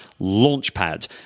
launchpad